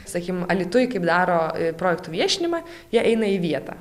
sakykim alytuje kaip daro projektų viešinimą jie eina į vietą